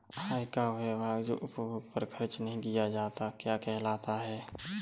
आय का वह भाग जो उपभोग पर खर्च नही किया जाता क्या कहलाता है?